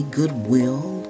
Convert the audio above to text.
goodwill